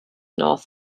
north